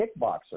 kickboxer